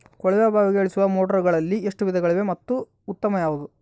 ಕೊಳವೆ ಬಾವಿಗೆ ಇಳಿಸುವ ಮೋಟಾರುಗಳಲ್ಲಿ ಎಷ್ಟು ವಿಧಗಳಿವೆ ಮತ್ತು ಉತ್ತಮ ಯಾವುದು?